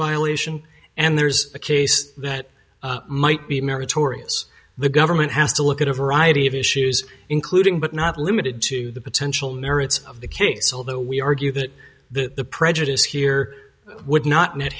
violation and there's a case that might be meritorious the government has to look at a variety of issues including but not limited to the potential merits of the case although we argue that that the prejudice here would not me